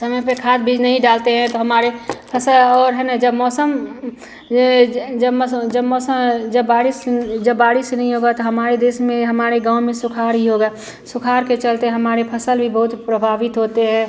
समय पर खाद बीज नहीं डालते हैं तो हमारी फ़सल और है न जब मौसम यह जब मसम जब मौसा जब बारिश जब बारिश ही नहीं होगी तो हमारे देश में हमारे गाँव में सुखाड़ ही होगा सुखाड़ के चलते हमारी फ़सल भी बहुत प्रभावित होती हैं